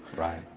right.